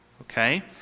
okay